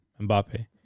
Mbappe